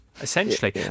essentially